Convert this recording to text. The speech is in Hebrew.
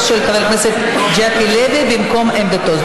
של חבר הכנסת ג'קי לוי במקום בעמדתו.